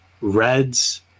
Reds